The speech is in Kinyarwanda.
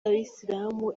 abayisilamu